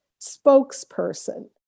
spokesperson